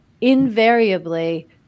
invariably